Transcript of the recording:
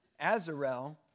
Azarel